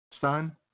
son